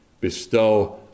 bestow